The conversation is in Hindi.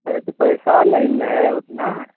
अरे तो पैसा नहीं है उतना